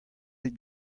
bet